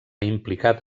implicat